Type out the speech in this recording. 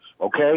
okay